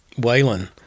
Waylon